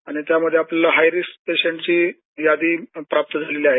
आणि त्यामध्ये आपल्याला हायरिस्क पेशंटची यादी प्राप्त झालेली आहे